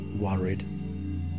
worried